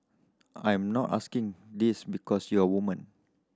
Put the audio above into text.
I'm not asking this because you're a woman